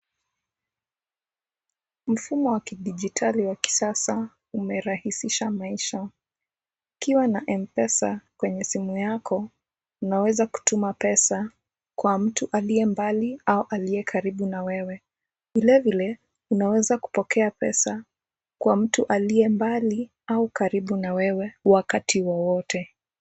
Mfumo wa kidijitali wa kisasa umerahisisha maisha. Ukiwa na Mpesa kwenye simu yako unaweza kutuma pesa kwa mtu aliye mbali au aliye karibu na wewe. Vilevile unaweza kupokea pesa kwa mtu aliye mbali au karibu na wewe wakati wowote.